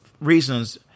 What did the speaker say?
reasons